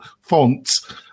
fonts